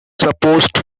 supposed